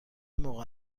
موقع